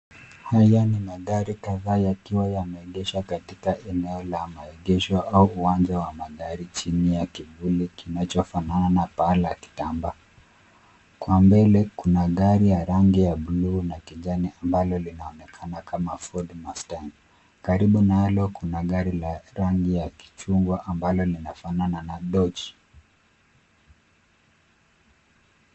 Haya ni magari kadhaa yakiwa yameegeshwa katika eneo la maegesho au uwanja wa magari chini ya kivuli kinachofanana na paa la kitambaa. Kwa mbele kuna gari ya rangi ya bluu na kijani ambalo linaonekana kama Ford Mustang karibu nalo kuna gari la rangi ya kichungwa ambalo linafanana na Dodge.